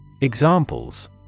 Examples